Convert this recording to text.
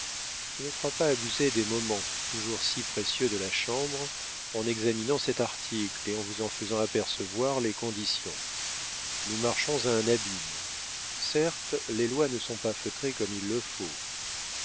je ne crois pas abuser des moments toujours si précieux de la chambre en examinant cet article et en vous en faisant apercevoir les conditions nous marchons à un abîme certes les lois ne sont pas feutrées comme il le faut